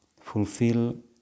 fulfill